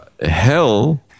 hell